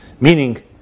meaning